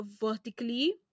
vertically